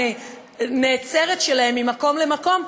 הבלתי-נעצרת שלהם ממקום למקום,